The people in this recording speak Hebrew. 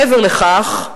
מעבר לכך,